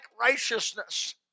righteousness